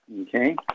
okay